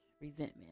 resentment